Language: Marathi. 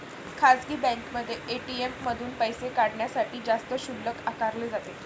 खासगी बँकांमध्ये ए.टी.एम मधून पैसे काढण्यासाठी जास्त शुल्क आकारले जाते